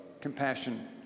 compassion